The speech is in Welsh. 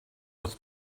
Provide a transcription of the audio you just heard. wrth